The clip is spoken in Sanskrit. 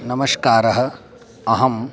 नमस्कारः अहं